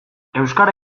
euskara